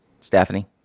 stephanie